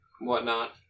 whatnot